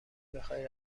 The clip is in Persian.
بخای